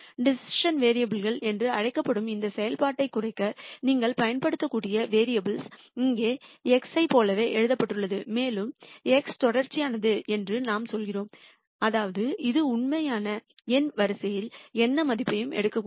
decision variable என்று அழைக்கப்படும் இந்த செயல்பாட்டைக் குறைக்க நீங்கள் பயன்படுத்தக்கூடிய வேரியபுல் இங்கே x ஐப் போலவே எழுதப்பட்டுள்ளது மேலும் x தொடர்ச்சியானது என்றும் நாம் சொல்கிறோம் அதாவது இது உண்மையான எண் வரிசையில் எந்த மதிப்பையும் எடுக்கக்கூடும்